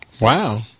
Wow